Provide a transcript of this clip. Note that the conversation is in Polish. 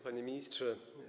Panie Ministrze!